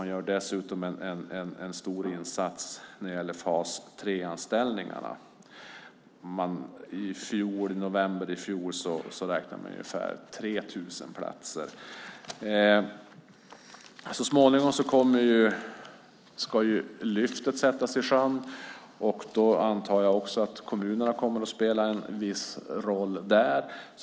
De gör dessutom en stor insats när det gäller fas 3-anställningarna. I november i fjol räknade man med ungefär 3 000 platser. Så småningom ska Lyftet sättas i sjön. Då antar jag att kommunerna också kommer att spela en viss roll.